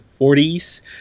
40s